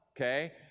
okay